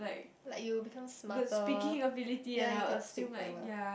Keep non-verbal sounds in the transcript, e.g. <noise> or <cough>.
like you will become smarter <noise> ya you can speak very well